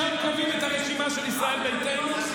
שם קובעים את הרשימה של ישראל ביתנו,